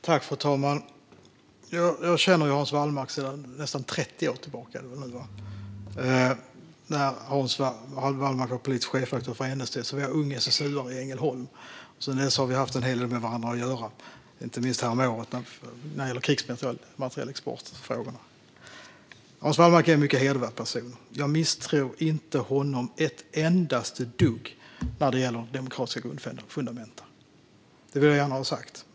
Fru talman! Jag känner Hans Wallmark sedan nästan 30 år, tror jag att det är. När Hans Wallmark var politisk chefredaktör för NST var jag ung SSU:are i Ängelholm, och sedan dess har vi haft en hel del med varandra att göra - inte minst häromåret, när det gällde krigsmaterielexportfrågorna. Hans Wallmark är en mycket hedervärd person. Jag misstror honom inte ett endaste dugg när det gäller de demokratiska grundfundamenten. Det vill jag gärna ha sagt.